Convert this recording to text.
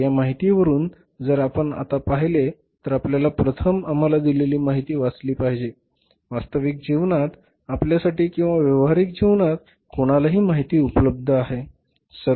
तर या माहितीवरून जर आपण आता पाहिले तर आपल्याला प्रथम आम्हाला दिलेली माहिती वाचली पाहिजे वास्तविक जीवनात आपल्यासाठी किंवा व्यावहारिक जीवनात कोणालाही माहिती उपलब्ध आहे